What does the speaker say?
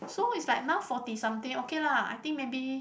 so is like now forty something okay lah I think maybe